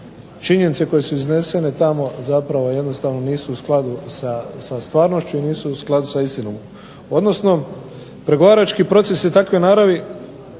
činjenice koje su iznesene tamo jednostavno nisu u skladu sa stvarnošću i nisu u skladu sa istinom. Odnosno, pregovarački proces je takve naravi